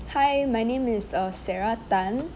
hi my name is uh sarah tan